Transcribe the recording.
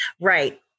Right